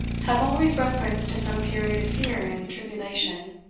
have always reference to some period of fear and tribulation,